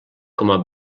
com